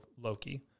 Loki